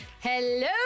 Hello